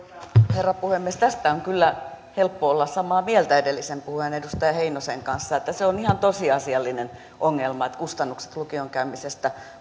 herra puhemies tästä on kyllä helppo olla samaa mieltä edellisen puhujan edustaja heinosen kanssa että se on ihan tosiasiallinen ongelma että kustannukset lukion käymisestä